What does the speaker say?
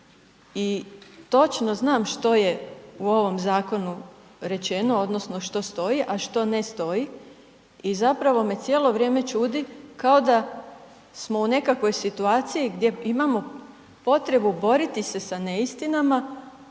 i točno znam što je u ovom zakonu rečeno, odnosno što stoji, a što ne stoji i zapravo me cijelo vrijeme čudi, kao da smo u nekakvoj situaciji gdje imamo potrebu boriti se sa neistinama,